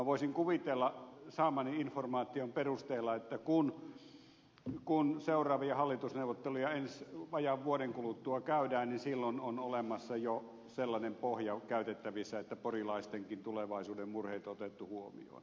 voisin kuvitella saamani informaation perusteella että kun seuraavia hallitusneuvotteluja vajaan vuoden kuluttua käydään silloin on jo sellainen pohja käytettävissä että porilaistenkin tulevaisuuden murheet on otettu huomioon